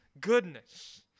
goodness